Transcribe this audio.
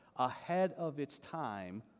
ahead-of-its-time